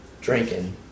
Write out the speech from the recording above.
drinking